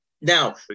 now